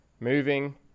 moving